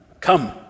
come